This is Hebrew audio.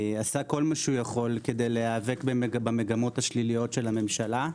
עשה כל שביכולתו להיאבק במגמות השליליות של הממשלה.